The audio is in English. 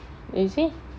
you see